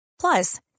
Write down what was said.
Plus